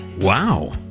wow